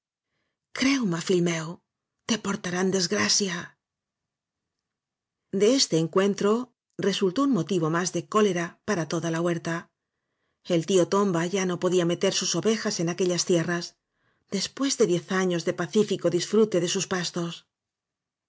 creume fill meu te portarán desgrasía de este encuentro resultó un motivo más de cólera para toda la huerta igg el tío tomba ya no podía meter sus ovejas en aquellas tierras después de diez años de pacífico disfrute de sus pastos